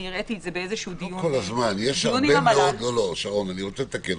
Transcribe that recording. אני רוצה לתקן.